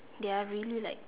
they are really like